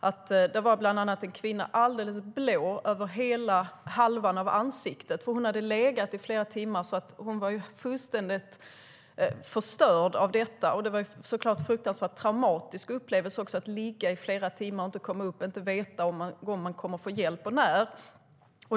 Där fanns bland annat en kvinna som var alldeles blå över den ena halvan av ansiktet. Hon hade legat i flera timmar, och hon var fullständigt förstörd av detta. Det är såklart en fruktansvärt traumatisk upplevelse att ligga i flera timmar utan att komma upp och inte veta om och när man kommer att få hjälp.